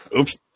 Oops